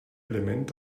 element